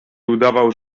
udawał